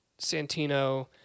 Santino